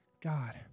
God